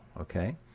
okay